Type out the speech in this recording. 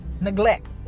neglect